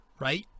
right